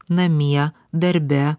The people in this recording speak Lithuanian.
namie darbe